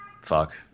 fuck